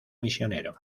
misionero